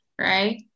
Right